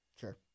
Sure